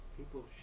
people